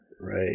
right